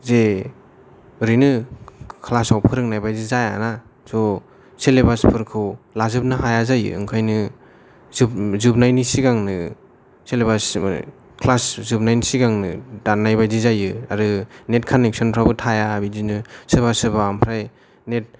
जे ओरैनो क्लास आव फोरोंनाय बायदि जाया ना स' सेलेबास फोरखौ लाजोबनो हाया जायो ओंखायनो जोबनायनि सिगांनो सेलेबास क्लास जोबनायनि सिगांनो दाननाय बायदि जायो आरो नेट कानेक्सन फ्राबो थाया बिदिनो सोरबा सोरबा ओमफ्राय नेट